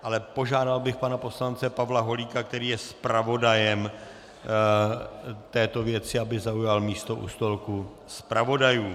Ale požádal bych pana poslance Pavla Holíka, který je zpravodajem této věci, aby zaujal místo u stolku zpravodajů.